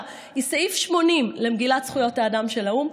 היא סעיף 80 למגילת זכויות האדם של האו"ם,